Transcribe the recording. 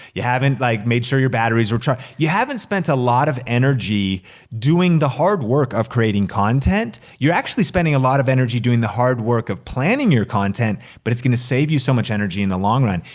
you haven't like made sure your batteries are charged. you haven't spent a lot of energy doing the hard work of creating content. you're actually spending a lot of energy doing the hard work of planning your content, but it's gonna save you so much energy in the long run.